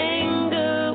anger